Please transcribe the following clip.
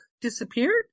disappeared